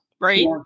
right